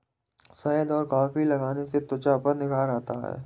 शहद और कॉफी लगाने से त्वचा पर निखार आता है